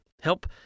help